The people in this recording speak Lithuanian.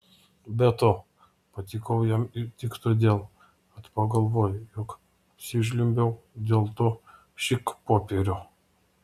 be to patikau jam tik todėl kad pagalvojo jog apsižliumbiau dėl to šikpopierio